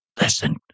listen